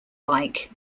like